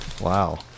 Wow